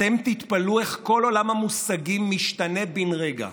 אתם תתפלאו איך כל עולם המושגים משתנה בן רגע.